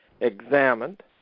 examined